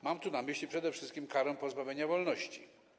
Mam tu na myśli przede wszystkim karę pozbawienia wolności.